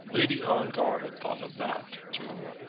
lady ongar had thought of that too.